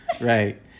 Right